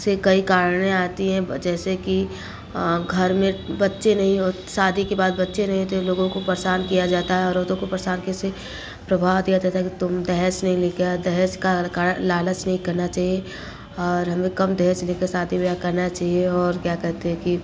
कई कारण आदि है जैसे कि घर में बच्चे नहीं शादी के बाद बच्चे नहीं थे लोगों को परेशान किया जाता है औरतों को परेशान कैसे प्रभाव दिया है कि तुम दहेज़ नहीं लेके दहेज लालच नहीं करना चाहिए और हमें कम दहेज लेके शादी विवाह करना चाहिए और क्या कहते हैं कि